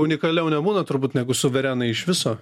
unikaliau nebūna turbūt negu suverenai iš viso